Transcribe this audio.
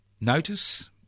notice